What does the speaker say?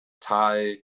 thai